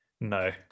No